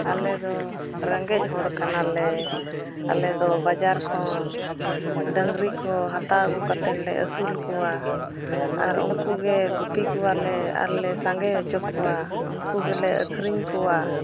ᱟᱞᱮ ᱫᱚ ᱨᱮᱸᱜᱮᱡ ᱦᱚᱲ ᱠᱟᱱᱟᱞᱮ ᱟᱞᱮ ᱫᱚ ᱵᱟᱡᱟᱨ ᱠᱷᱚᱱ ᱰᱟᱝᱨᱤ ᱠᱚ ᱦᱟᱛᱟᱣ ᱟᱹᱜᱩ ᱠᱟᱛᱮᱫ ᱞᱮ ᱟᱹᱥᱩᱞ ᱠᱚᱣᱟ ᱟᱨ ᱩᱱᱠᱩ ᱜᱮ ᱜᱩᱯᱤ ᱠᱚᱣᱟᱞᱮ ᱟᱨ ᱞᱮ ᱥᱟᱸᱜᱮ ᱦᱚᱪᱚ ᱠᱚᱣᱟ ᱩᱱᱠᱩ ᱜᱮᱞᱮ ᱟᱹᱠᱷᱨᱤ ᱠᱚᱣᱟ